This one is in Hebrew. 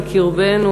בקרבנו,